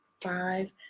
five